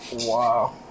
wow